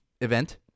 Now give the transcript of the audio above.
event